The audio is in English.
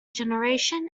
generation